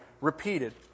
repeated